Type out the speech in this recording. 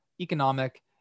economic